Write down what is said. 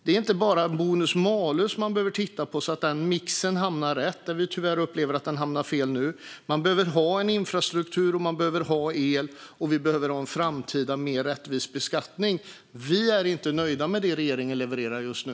Det är inte bara bonus-malus man behöver titta på, så att mixen hamnar rätt - vi upplever tyvärr att den hamnar fel nu - utan man behöver också ha en infrastruktur, man behöver ha el, och man behöver ha en framtida mer rättvis beskattning. Vi är inte nöjda med det som regeringen levererar just nu.